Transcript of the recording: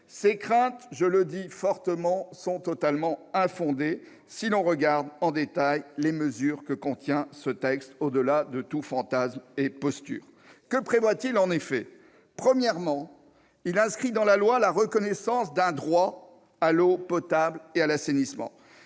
Ces craintes, je le dis avec force, sont totalement infondées si l'on regarde en détail les mesures que ce texte contient, au-delà de tout fantasme et de toute posture. Exact ! Que prévoit-il ? Premièrement, il inscrit dans la loi la reconnaissance d'un droit à l'eau potable et à l'assainissement.